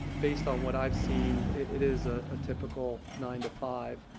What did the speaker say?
based on what i've seen, it is a typical nine to five.